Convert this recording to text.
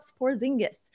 Porzingis